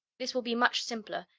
this will be much simpler,